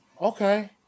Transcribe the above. Okay